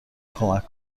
کمک